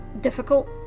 difficult